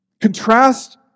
Contrast